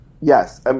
Yes